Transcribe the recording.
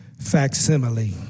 facsimile